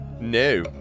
No